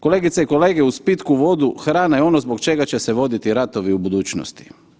Kolegice i kolege uz pitku vodu hrana je ono zbog čega će se voditi ratovi u budućnosti.